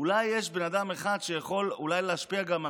אולי יש אדם אחד שיכול להשפיע גם על